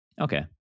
Okay